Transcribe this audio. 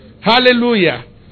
Hallelujah